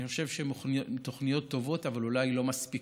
אני חושב שהן תוכניות טובות, אבל אולי לא מספיקות,